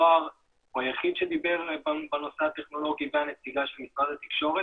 זוהר הוא היחיד שדיבר בנושא הטכנולוגי והנציגה של משרד התקשורת.